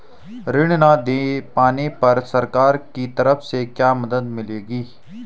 ऋण न दें पाने पर सरकार की तरफ से क्या मदद मिलेगी?